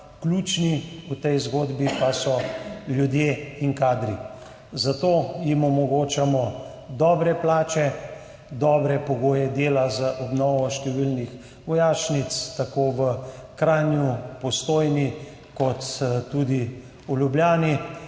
ključni v tej zgodbi pa so ljudje in kadri. Zato jim omogočamo dobre plače, dobre pogoje dela za obnovo številnih vojašnic, tako v Kranju, Postojni kot tudi v Ljubljani.